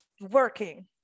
working